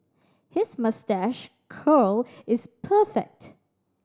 his moustache curl is perfect